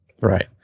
Right